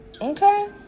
okay